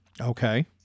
Okay